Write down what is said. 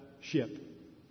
ship